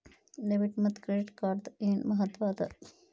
Debit ಮತ್ತ credit ಕಾರ್ಡದ್ ಏನ್ ಮಹತ್ವ ಅದ?